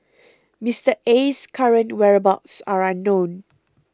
Mister Aye's current whereabouts are unknown